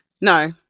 no